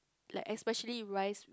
like especially rice